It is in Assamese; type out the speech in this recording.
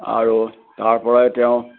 আৰু তাৰপৰাই তেওঁ